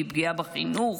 מפגיעה בחינוך,